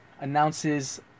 announces